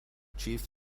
chief